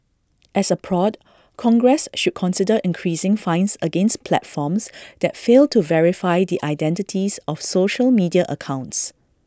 as A prod congress should consider increasing fines against platforms that fail to verify the identities of social media accounts